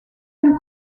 une